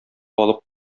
алып